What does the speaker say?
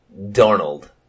Darnold